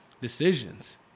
decisions